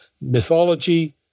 mythology